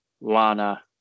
Lana